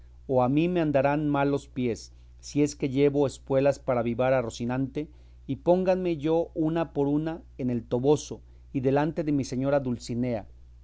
o a mí me andarán mal los pies si es que llevo espuelas para avivar a rocinante y póngame yo una por una en el toboso y delante de mi señora dulcinea